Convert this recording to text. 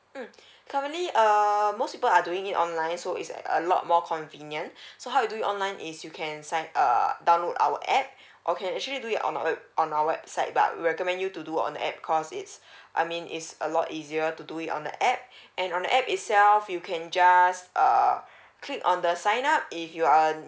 mm currently uh most people are doing it online so it's a lot more convenient so how you do it online is you can sign err download our app or can actually do it on our website but we recommend you to do on app cause it's I mean it's a lot easier to do it on the app and on the app itself you can just uh click on the sign up if you are